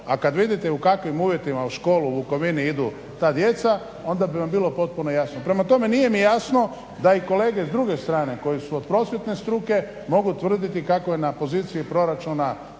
a kad vidite u kakvim uvjetima u školu u Vukovinu idu ta djeca, onda bi vam bilo potpuno jasno, prema tome nije mi jasno da i kolege s druge strane koje su s prosvjetne struke mogu tvrditi kako na poziciji proračuna